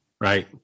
Right